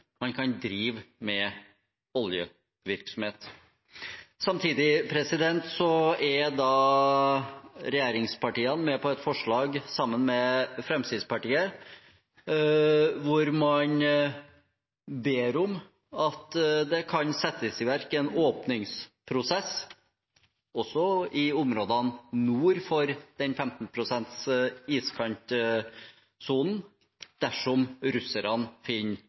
man kan drive med oljevirksomhet. Samtidig er regjeringspartiene, sammen med Fremskrittspartiet, med på et forslag hvor man ber om at det kan settes i verk en åpningsprosess også i områdene nord for 15 pst.-iskantsonen dersom russerne